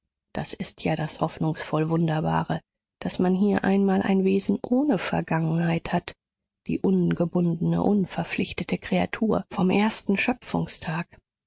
das ist ja das hoffnungsvoll wunderbare daß man hier einmal ein wesen ohne vergangenheit hat die ungebundene unverpflichtete kreatur vom ersten